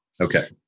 Okay